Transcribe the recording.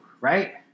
right